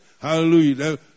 Hallelujah